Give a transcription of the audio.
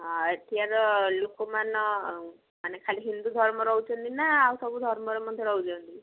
ଏଠିକାର ଲୋକମାନ ମାନେ ଖାଲି ଧର୍ମ ରହୁଛନ୍ତି ନା ଆଉ ସବୁ ଧର୍ମର ମଧ୍ୟ ରହୁଛନ୍ତି